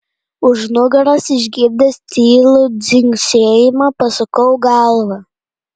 už nugaros išgirdęs tylų dzingsėjimą pasukau galvą